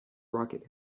rocket